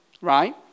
right